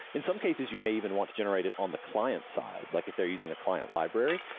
in some cases, you may even want to generate it on the client side. like if they're using a client library,